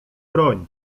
broń